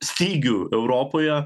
stygių europoje